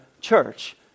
church